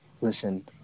listen